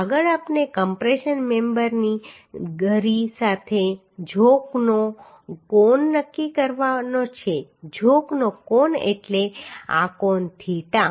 આગળ આપણે કમ્પ્રેશન મેમ્બરની ધરી સાથે ઝોકનો કોણ નક્કી કરવાનો છે ઝોકનો કોણ એટલે આ કોણ થીટા